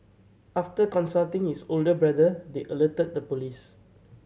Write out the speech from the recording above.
after consulting his older brother they alerted the police